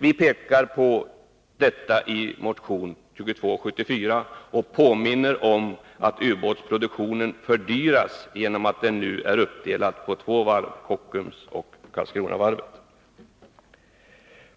Vi pekar på detta i motion 2274 och påminner om att ubåtsproduktionen fördyrats genom att den nu är